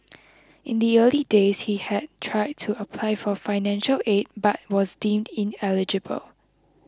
in the early days he had tried to apply for financial aid but was deemed ineligible